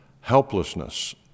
helplessness